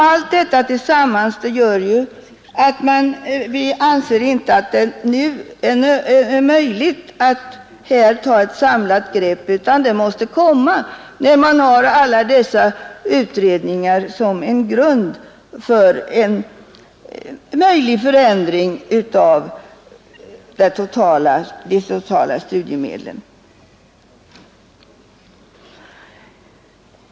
Allt detta tillsammans gör att vi inte anser det möjligt att nu ta ett samlat grepp utan att det måste ske när dessa olika utredningar föreligger som underlag för en eventuell förändring av det totala studiemedelssystemet.